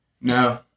No